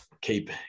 keep